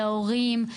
להורים?